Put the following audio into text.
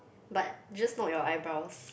but just not your eyebrows